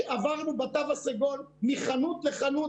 נמצא שאחד מעובדי הרשות לפיתוח הנגב פנה לרשות המקומית